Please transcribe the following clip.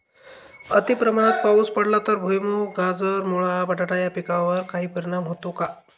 अतिप्रमाणात पाऊस पडला तर भुईमूग, गाजर, मुळा, बटाटा या पिकांवर काही परिणाम होतो का?